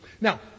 Now